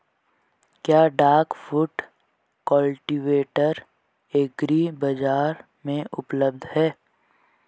क्या duck foot cultivator एग्री बाज़ार में उपलब्ध है?